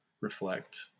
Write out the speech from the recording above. reflect